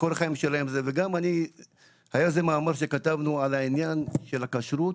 היה איזה מאמר שכתבנו על עניין הכשרות